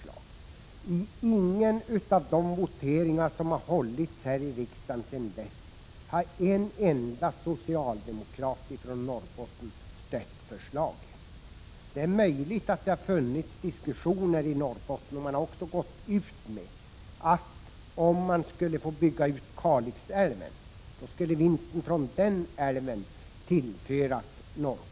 Inte vid någon av de voteringar som har hållits här i riksdagen sedan dess har en enda socialdemokrat från Norrbotten stött förslaget. Det är möjligt att det har förts diskussioner i Norrbotten, man har också gått ut och sagt att om man skulle få bygga ut Kalix älv skulle vinsten från den älven tillföras Norrbotten.